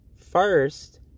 first